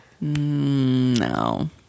no